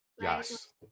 Yes